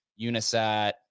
Unisat